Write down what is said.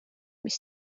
mis